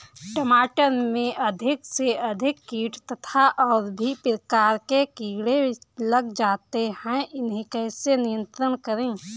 टमाटर में अधिक से अधिक कीट तथा और भी प्रकार के कीड़े लग जाते हैं इन्हें कैसे नियंत्रण करें?